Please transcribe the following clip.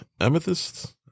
Amethyst